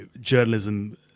journalism